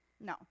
no